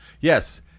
yes